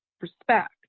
respect